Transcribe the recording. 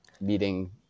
meeting